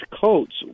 coats